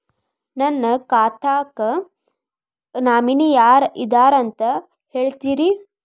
ನನ್ನ ಖಾತಾಕ್ಕ ನಾಮಿನಿ ಯಾರ ಇದಾರಂತ ಹೇಳತಿರಿ?